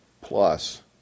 plus